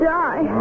die